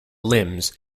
limbs